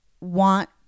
Want